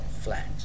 flat